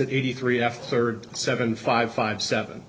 at eighty three f thirty seven five five seven